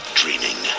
dreaming